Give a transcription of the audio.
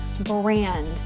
brand